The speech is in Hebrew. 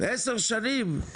10 שנים?